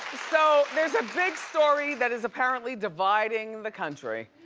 so there's a big story that is apparently dividing the country.